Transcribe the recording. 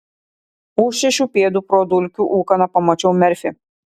už šešių pėdų pro dulkių ūkaną pamačiau merfį